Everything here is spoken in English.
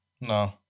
No